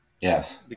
Yes